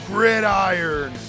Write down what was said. Gridiron